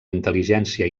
intel·ligència